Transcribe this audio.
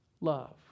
love